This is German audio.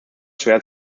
schwer